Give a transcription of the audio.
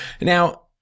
Now